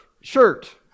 shirt